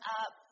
up